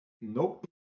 nope